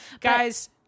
Guys